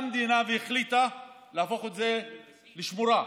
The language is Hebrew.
המדינה החליטה להפוך את זה לשמורה,